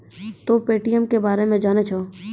तोंय पे.टी.एम के बारे मे जाने छौं?